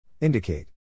Indicate